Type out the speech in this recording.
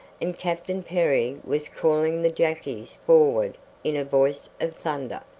and captain perry was calling the jackies forward in a voice of thunder.